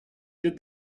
did